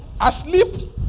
asleep